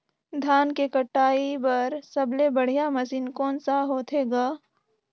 धान के कटाई बर सबले बढ़िया मशीन कोन सा होथे ग?